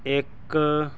ਇੱਕ